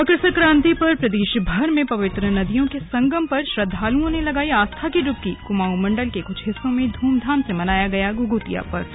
मकर संक्रांति पर प्रदेशभर में पवित्र नदियों के संगम पर श्रद्दालुओं ने लगाई आस्था की डुबकी कुमाऊं मंडल के कुछ हिस्सों में धूमधाम से मनाया गया घुघुतिया पर्व